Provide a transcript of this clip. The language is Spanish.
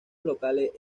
locales